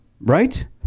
Right